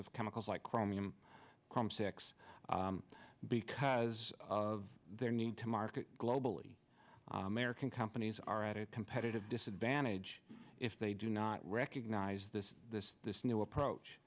of chemicals like chromium six because of their need to market globally american companies are at a competitive disadvantage if they do not recognize this this new approach